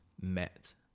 met